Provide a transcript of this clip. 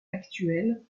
actuels